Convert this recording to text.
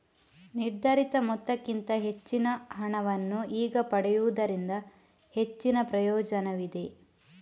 ನಿರ್ಧರಿತ ಮೊತ್ತಕ್ಕಿಂತ ಹೆಚ್ಚಿನ ಹಣವನ್ನು ಈಗ ಪಡೆಯುವುದರಿಂದ ಹೆಚ್ಚಿನ ಪ್ರಯೋಜನವಿದೆ